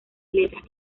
letras